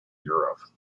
europe